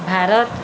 Bharat